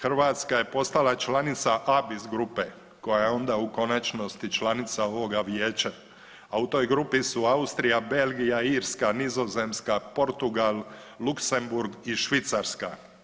Hrvatska je postala članica ABIS grupe koja je onda u konačnosti članica ovoga vijeća, a u toj grupi su Austrija, Belgija, Irska, Nizozemska, Portugal, Luksemburg i Švicarska.